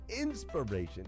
inspiration